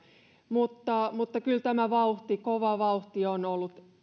mutta mutta kyllä tämä kova vauhti on ollut